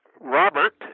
Robert